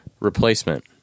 Replacement